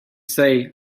say